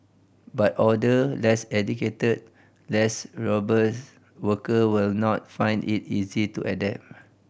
but older less educated less robust workers will not find it easy to adapt